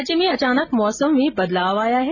राज्य में अचानाक मौसम में बदलाव आया है